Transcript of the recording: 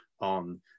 on